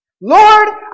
Lord